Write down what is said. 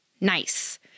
nice